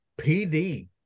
PD